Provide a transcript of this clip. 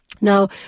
Now